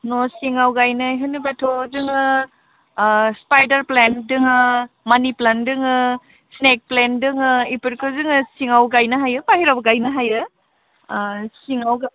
न' सिङाव गायनाय होनोब्लाथ' जोङो स्पाइडार प्लेन्ट दोङो मानि प्लेन्ट दोङो स्नेक प्लेन्ट दोङो इफोरखो जोङो सिङाव गायनो हायो बाहेरायावबो गायनो हायो सिङाव